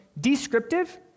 descriptive